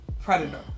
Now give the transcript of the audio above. Predator